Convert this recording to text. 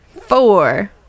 Four